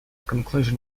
conclusion